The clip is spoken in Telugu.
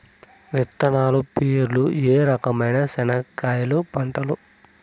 విత్తనాలు పేర్లు ఏ రకమైన చెనక్కాయలు పంటలు?